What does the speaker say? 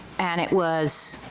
and it was.